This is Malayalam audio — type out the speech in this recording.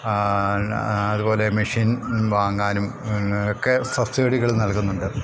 അതുപോലെ മെഷീൻ വാങ്ങാനും ഒക്കെ സബ്സിഡികൾ നൽകുന്നുണ്ട്